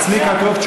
הוא לא אמור לעלות.